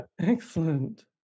Excellent